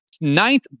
ninth